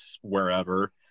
wherever